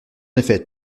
effet